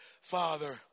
father